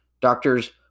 Doctors